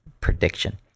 prediction